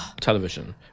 television